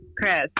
Chris